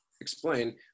explain